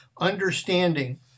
Understanding